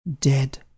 Dead